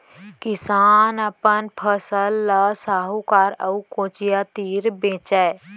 किसान अपन फसल ल साहूकार अउ कोचिया तीर बेचय